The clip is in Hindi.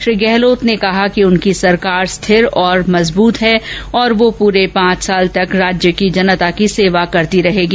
श्री गहलोत ने कहा कि उनकी सरकार स्थिर और मजबूत है तथा वह पूरे पांच साल तक राज्य की जनता की सेवा करती रहेगी